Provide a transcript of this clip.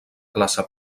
classe